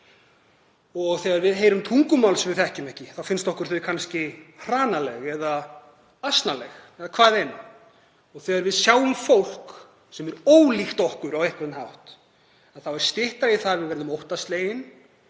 Þegar við heyrum tungumál sem við þekkjum ekki finnst okkur þau kannski hranaleg eða asnaleg og þegar við sjáum fólk sem er ólíkt okkur á einhvern hátt þá er styttra í það að við verðum óttaslegin